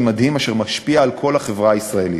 מדהים אשר משפיע על כל החברה הישראלית.